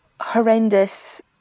horrendous